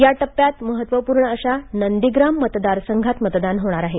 या टप्प्यात महत्त्वपूर्ण अशा नंदीग्राम मतदार संघात मतदान होणारआहे